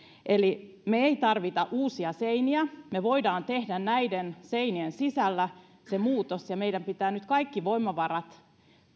eli me emme tarvitse uusia seiniä me voimme tehdä näiden seinien sisällä sen muutoksen ja meidän pitää nyt kaikki voimavarat